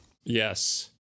Yes